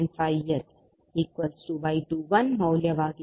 5Sy21 ಮೌಲ್ಯವಾಗಿದೆ